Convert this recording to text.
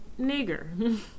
Nigger